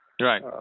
Right